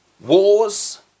wars